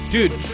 Dude